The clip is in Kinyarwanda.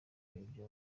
ibyo